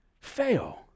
fail